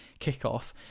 kickoff